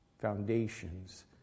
foundations